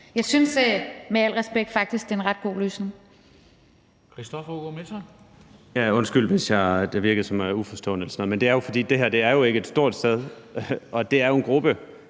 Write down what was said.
respekt, at det er en ret god løsning.